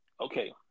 Okay